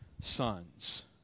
sons